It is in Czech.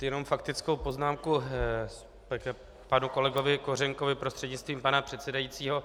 Jenom faktickou poznámku k panu kolegu Kořenkovi prostřednictvím pana předsedajícího.